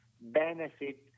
benefit